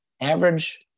average